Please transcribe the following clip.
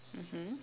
mmhmm